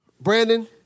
Brandon